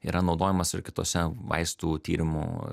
yra naudojamas ir kitose vaistų tyrimų